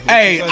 Hey